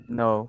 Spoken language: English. no